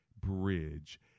bridge